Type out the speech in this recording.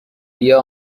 بیا